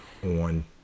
On